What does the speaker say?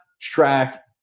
track